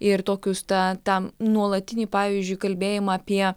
ir tokius tą tą nuolatinį pavyzdžiui kalbėjimą apie